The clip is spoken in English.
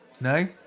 No